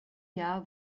jahr